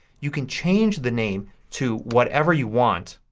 you can change the name to whatever you want.